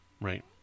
Right